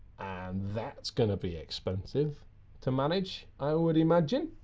and that's going to be expensive to manage, i would imagine.